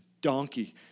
donkey